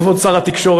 כבוד שר התקשורת.